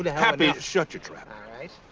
happy, shut your trap. all right.